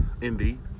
Indeed